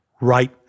right